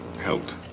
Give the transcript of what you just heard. helped